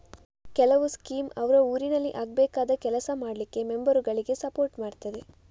ಕೆಲವು ಸ್ಕೀಮ್ ಅವ್ರ ಊರಿನಲ್ಲಿ ಆಗ್ಬೇಕಾದ ಕೆಲಸ ಮಾಡ್ಲಿಕ್ಕೆ ಮೆಂಬರುಗಳಿಗೆ ಸಪೋರ್ಟ್ ಮಾಡ್ತದೆ